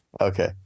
Okay